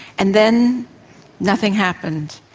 and then nothing happened.